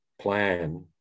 plan